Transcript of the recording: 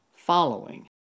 following